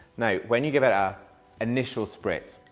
now, when you give it ah initial spritz,